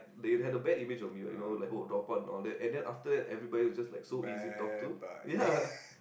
they had a bad image of me what you know like oh dropout and all that and then after that everybody was just like so easy to talk to ya